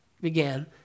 began